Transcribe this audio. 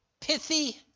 pithy